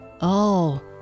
Oh